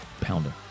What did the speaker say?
Pounder